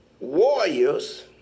warriors